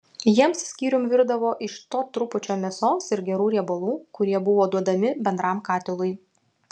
jiems skyrium virdavo iš to trupučio mėsos ir gerų riebalų kurie buvo duodami bendram katilui